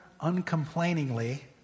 uncomplainingly